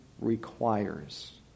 requires